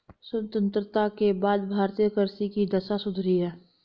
स्वतंत्रता के बाद भारतीय कृषि की दशा सुधरी है